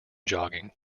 jogging